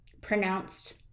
pronounced